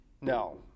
No